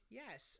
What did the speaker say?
yes